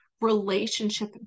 relationship